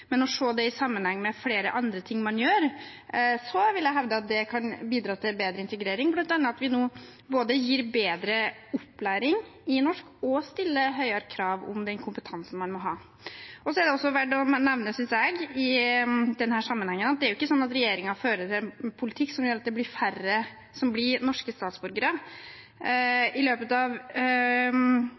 men å se det i sammenheng med flere andre ting man gjør, vil jeg hevde kan bidra til bedre integrering, bl.a. at vi nå både gir bedre opplæring i norsk og stiller høyere krav om den kompetansen man må ha. Så er det også verdt å nevne i denne sammenhengen, synes jeg, at det ikke er sånn at regjeringen fører en politikk som gjør at det blir færre norske statsborgere. I løpet av